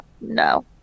No